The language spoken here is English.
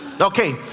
Okay